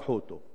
לקחו אותו.